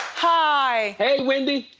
hi. hey wendy.